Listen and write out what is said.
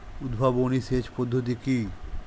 উদ্ভাবনী সেচ পদ্ধতি কি?